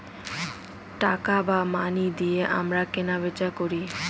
টাকা বা মানি দিয়ে আমরা কেনা বেচা করি